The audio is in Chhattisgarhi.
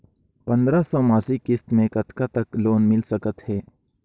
पंद्रह सौ मासिक किस्त मे कतका तक लोन मिल सकत हे?